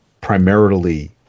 primarily